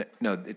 No